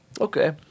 okay